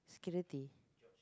security